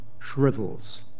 shrivels